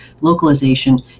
localization